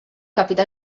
capità